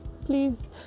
Please